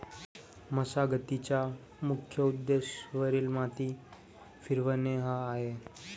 मशागतीचा मुख्य उद्देश वरील माती फिरवणे हा आहे